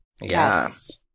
Yes